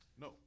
No